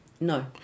No